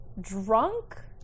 drunk